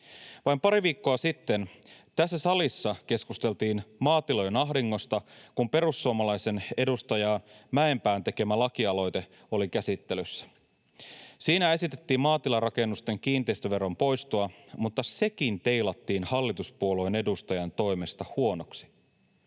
Vain pari viikkoa sitten tässä salissa keskusteltiin maatilojen ahdingosta, kun perussuomalaisen edustaja Mäenpään tekemä lakialoite oli käsittelyssä. Siinä esitettiin maatilarakennusten kiinteistöveron poistoa, mutta sekin teilattiin hallituspuolueen edustajan toimesta huonoksi.